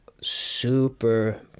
super